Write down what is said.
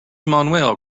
manuel